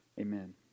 Amen